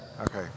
Okay